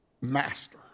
master